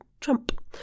trump